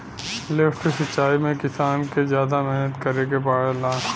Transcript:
lift सिचाई में किसान के जादा मेहनत करे के पड़ेला